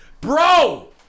Bro